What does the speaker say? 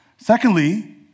Secondly